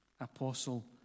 apostle